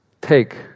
take